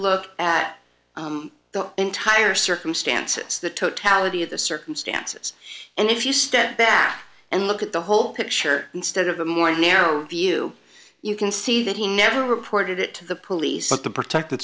look at the entire circumstances the totality of the circumstances and if you step back and look at the whole picture instead of the more narrow view you can see that he never reported it to the police to protect